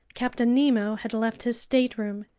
captain nemo had left his stateroom.